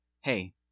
hey